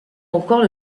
encore